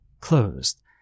closed